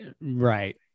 Right